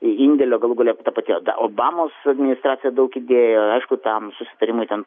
indėlio galų gale ta pati obamos administracija daug idėjo aišku tam susitarimai ten